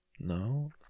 No